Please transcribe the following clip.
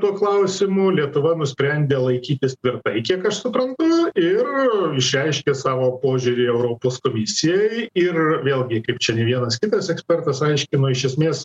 tuo klausimu lietuva nusprendė laikytis tvirtai kiek aš suprantu ir išreiškė savo požiūrį europos komisijai ir vėlgi kaip čia nevienas kitas ekspertas aiškino iš esmės